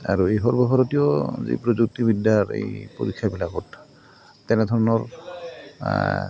আৰু এই সৰ্বভাৰতীয় যি প্ৰযুক্তিবিদ্যাৰ এই পৰীক্ষাবিলাকত তেনেধৰণৰ